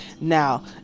Now